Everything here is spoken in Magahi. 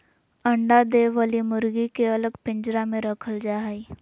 अंडा दे वली मुर्गी के अलग पिंजरा में रखल जा हई